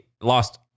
lost